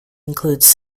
includes